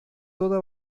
toda